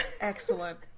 Excellent